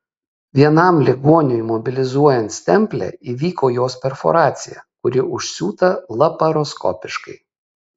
vienam ligoniui mobilizuojant stemplę įvyko jos perforacija kuri užsiūta laparoskopiškai